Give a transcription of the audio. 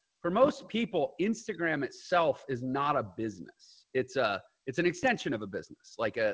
for most people, instagram itself is not a business. it's ah it's an extension of a business. like, ah